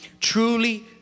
truly